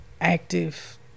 active